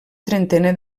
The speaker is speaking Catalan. trentena